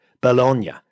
Bologna